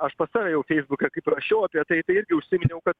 aš pas save jau feisbuke kaip rašiau apie tai irgi užsiminiau kad